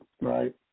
right